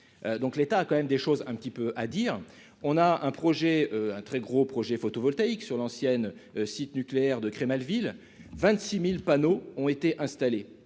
donc l'État a quand même des choses un petit peu à dire, on a un projet, un très gros projets photovoltaïques sur l'ancienne site nucléaire de Creys-Malville 26000 panneaux ont été installés,